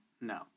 No